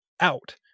out